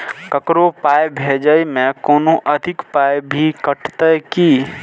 ककरो पाय भेजै मे कोनो अधिक पाय भी कटतै की?